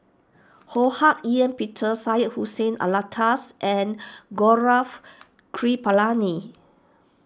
Ho Hak Ean Peter Syed Hussein Alatas and Gaurav Kripalani